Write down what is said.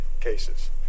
cases